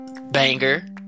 Banger